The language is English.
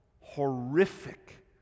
horrific